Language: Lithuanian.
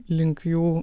link jų